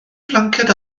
flanced